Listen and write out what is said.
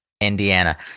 Indiana